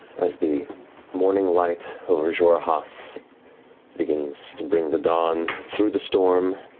as the morning light over xhorhas begins to bring the dawn through the storm,